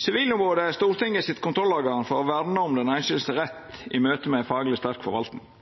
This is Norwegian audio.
Sivilombodet er Stortingets kontrollorgan for å verna om rettane til den einskilde i møtet med ei fagleg sterk forvaltning.